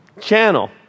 channel